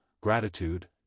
gratitude